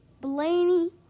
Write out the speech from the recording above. Blaney